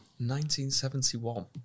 1971